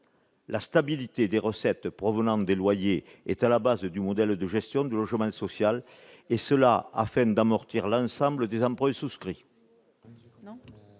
La stabilité des recettes provenant des loyers est à la base du modèle de gestion du logement social, et cela afin d'amortir l'ensemble des emprunts souscrits.